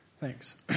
Thanks